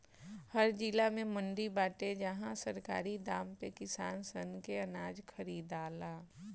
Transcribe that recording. हर जिला में मंडी बाटे जहां सरकारी दाम पे किसान सन के अनाज खरीदाला